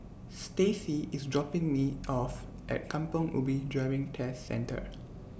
Staci IS dropping Me off At Kampong Ubi Driving Test Centre